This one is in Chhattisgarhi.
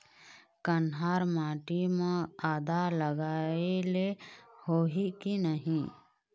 कन्हार माटी म आदा लगाए ले होही की नहीं?